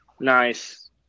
Nice